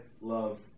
love